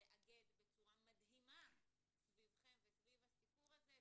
לאגד בצורה מדהימה סביבכם וסביב הסיפור הזה,